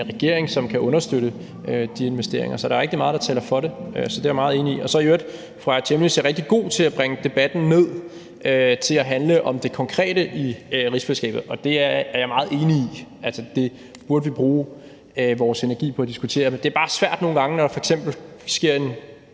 regering, som kan understøtte de investeringer. Så der er rigtig meget, der taler for det, så det er jeg meget enig i. Så er fru Aaja Chemnitz Larsen i øvrigt rigtig god til at bringe debatten ned og få den til at handle om det konkrete i rigsfællesskabet, og det er jeg meget enig i. Altså, det burde vi bruge vores energi på at diskutere. Men det er jo nogle gange bare svært, når der f.eks. sker en